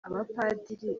abapadiri